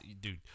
Dude